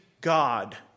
God